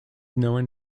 known